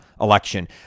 election